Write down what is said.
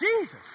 Jesus